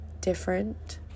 different